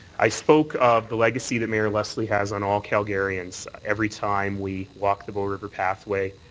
i spoke of the legacy that mayor leslie has on all calgarians, every time we walk the bow river pathway,